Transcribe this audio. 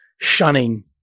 shunning